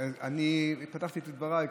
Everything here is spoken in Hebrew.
אני פתחתי כך את דבריי,